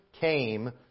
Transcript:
came